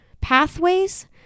pathways